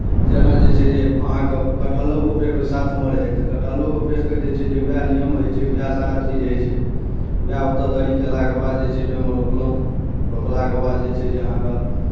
जेना जे छै जे अहाँकेँ कटहरोके पेड़ ओहि साथमे रहय तऽ कटहरोके पेड़के जे छै जे उएह नियम होइ छै उएह सारा चीज होइ छै उएह ओतय दरी कयलाके बाद जे छै जे ओहिमे रोपलहुँ रोपलाके बाद जे छै जे अहाँके